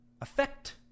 effect